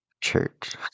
church